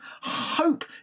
hope